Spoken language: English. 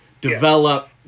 develop